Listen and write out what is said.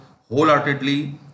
wholeheartedly